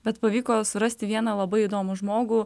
bet pavyko surasti vieną labai įdomų žmogų